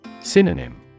Synonym